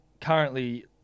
currently